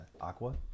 Aqua